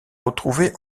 retrouvé